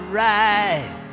right